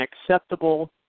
acceptable